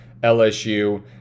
LSU